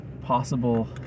possible